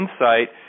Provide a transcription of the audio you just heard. insight